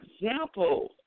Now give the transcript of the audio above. example